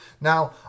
Now